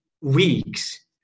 weeks